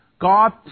God